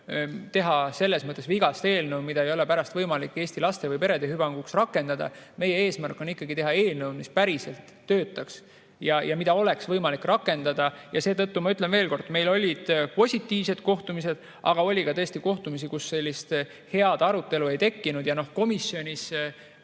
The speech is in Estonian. ei ole ju teha vigast eelnõu, mida ei ole pärast võimalik Eesti laste või perede hüvanguks rakendada. Meie eesmärk on teha eelnõu, mis päriselt töötaks ja mida oleks võimalik rakendada. Seetõttu ma ütlen veel kord: meil olid positiivsed kohtumised, aga oli ka tõesti kohtumisi, kus head arutelu ei tekkinud. Ja komisjonis